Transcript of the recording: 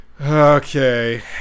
Okay